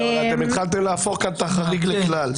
אתם התחלתם להפוך כאן את החריג לכלל.